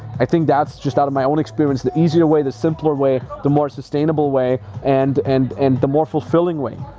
i think that's just out of my own experience the easiest way, the simpler way, the more sustainable way, and and and the more fulfilling way.